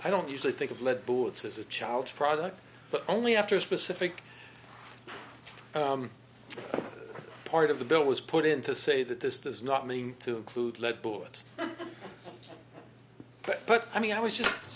i don't usually think of lead bullets as a child's product but only after a specific part of the bill was put in to say that this does not mean to include lead bullets but i mean i was just